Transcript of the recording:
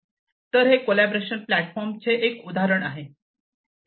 तर हे collaboration platform चे एक उदाहरण आहे